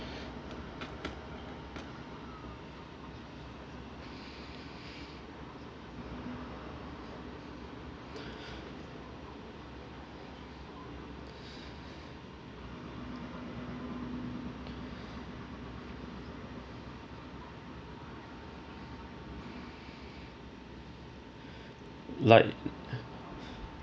like